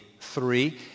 three